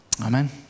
Amen